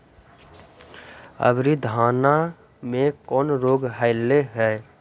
अबरि धाना मे कौन रोग हलो हल?